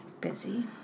busy